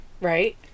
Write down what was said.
right